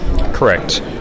Correct